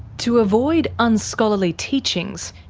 to avoid unscholarly teachings,